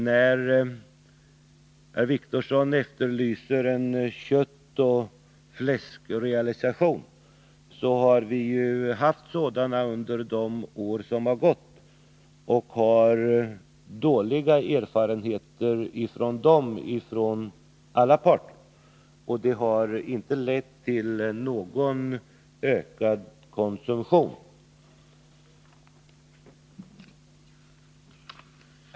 Herr Wictorsson efterlyser en köttoch fläskrealisation. Vi har under de år som gått haft sådana realisationer, men alla parter har dåliga erfarenheter av dem. Och de har inte lett till någon ökad konsumtion.